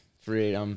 Free